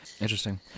Interesting